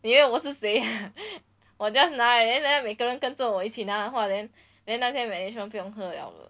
你因为我是谁我 just 拿而已 then 等一下每个人跟着我一起哪的话 then then 那些 management 不用喝了 lor